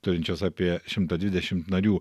turinčios apie šimtą dvidešimt narių